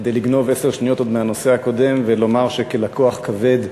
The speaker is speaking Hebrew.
כדי לגנוב עשר שניות לנושא הקודם ולומר שכלקוח כבד,